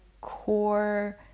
core